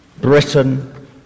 Britain